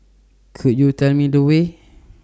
Could YOU Tell Me The Way